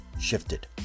shifted